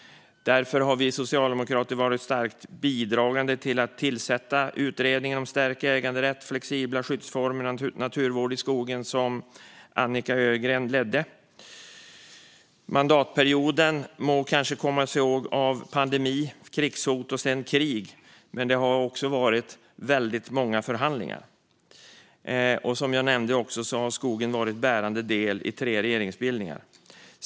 Därför var vi socialdemokrater starkt bidragande till att tillsätta Skogsutredningen, som Agneta Ögren ledde och som kom med betänkandet Stärkt äganderätt, flexibla skyddsformer och naturvård i skogen . Mandatperioden må kanske kommas ihåg för pandemin, krigshot och sedan krig, men det har också varit väldigt många förhandlingar. Som jag nämnde har skogen varit en bärande del i tre regeringsbildningar.